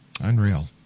Unreal